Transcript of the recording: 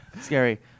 scary